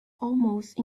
almost